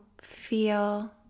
feel